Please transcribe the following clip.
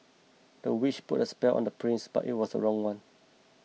the witch put a spell on the prince but it was the wrong one